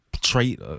trait